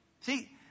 See